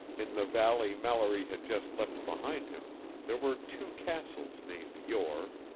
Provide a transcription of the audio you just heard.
in the valley mallory had just left behind him there were two castles named yore,